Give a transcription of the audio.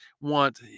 want